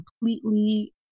completely